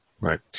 right